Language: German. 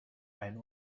ein